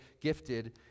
gifted